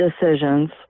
decisions